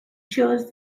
chose